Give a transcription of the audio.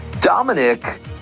Dominic